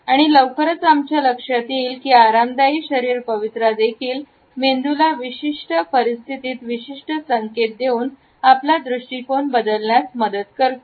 आणि लवकरच आमच्या लक्षात येईल की आरामदायी शरीर पवित्रा देखील मेंदूला विशिष्ट परिस्थितीत विशिष्ट संकेत देऊन आपला दृष्टिकोन बदलण्यास मदत करतो